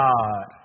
God